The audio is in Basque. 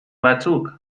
batzuk